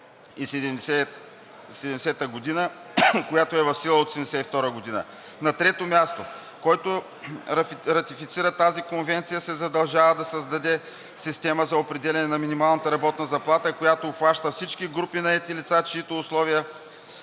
която е в сила от 1972 г. На трето място, който ратифицира тази конвенция, се задължава да създаде система за определяне на минималната работна заплата, която обхваща всички групи наети лица, чиито условия